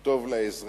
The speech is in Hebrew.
הוא טוב לאזרח,